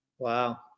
Wow